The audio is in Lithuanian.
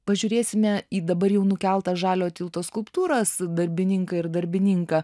pažiūrėsime į dabar jau nukeltas žaliojo tilto skulptūras darbininką ir darbininką